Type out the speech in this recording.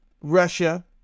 Russia